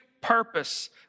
purpose